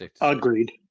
agreed